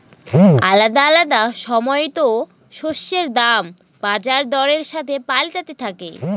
আলাদা আলাদা সময়তো শস্যের দাম বাজার দরের সাথে পাল্টাতে থাকে